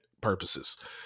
purposes